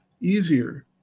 easier